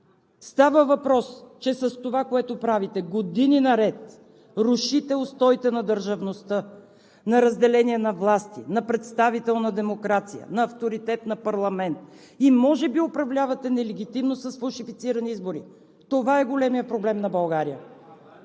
Става въпрос, че с това, което правите, години наред рушите устоите на държавността, на разделение на власти, на представителна демокрация, на авторитет на парламент и може би управлявате нелегитимно с фалшифицирани избори. Това е големият проблем на България.